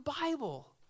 bible